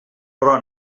però